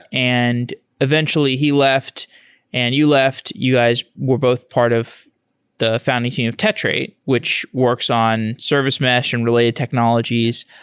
and eventually he left and you left. you guys were both part of the founding of tetrate, which works on service mesh and related technologies.